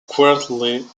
quarterly